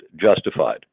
justified